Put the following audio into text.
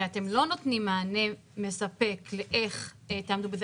ואתם לא נותנים מענה מספק לאיך תעמדו בזה.